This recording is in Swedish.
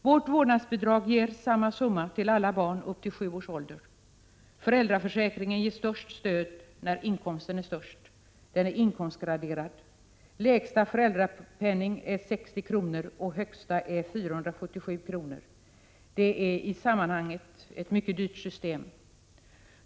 Vårt vårdnadsbidrag ger samma summa för alla barn upp till sju års ålder. Den nuvarande föräldraförsäkringen ger störst stöd när inkomsterna är störst. Den är alltså inkomstgraderad. Lägsta föräldrapenning är 60 kr. och högsta 447 kr. Det är i sammanhanget ett mycket dyrt system.